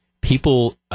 people